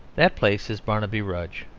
that place is barnaby rudge.